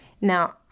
Now